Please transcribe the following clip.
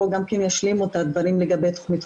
מתחמים.